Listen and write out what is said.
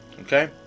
Okay